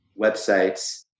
websites